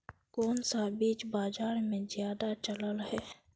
कोन सा बीज बाजार में ज्यादा चलल है?